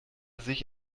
sich